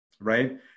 right